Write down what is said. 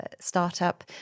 startup